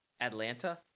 Atlanta